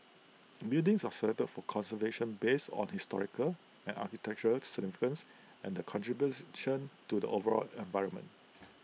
buildings are selected for conservation based on historical and architectural significance and the contributes to the overall environment